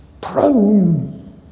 prone